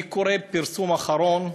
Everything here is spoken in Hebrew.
אני קורא פרסום אחרון,